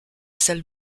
salle